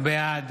בעד